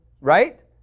Right